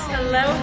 Hello